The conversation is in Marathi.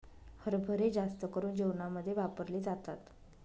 हरभरे जास्त करून जेवणामध्ये वापरले जातात